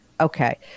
Okay